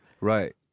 Right